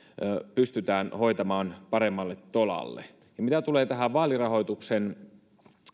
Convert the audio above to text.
pystytään hoitamaan paremmalle tolalle mitä tulee tähän vaalirahoituksen